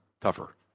tougher